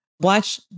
watch